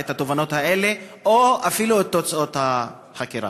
את התובנות האלה או אפילו את תוצאות החקירה.